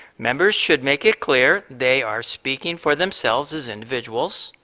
members should make it clear they are speaking for themselves as individuals.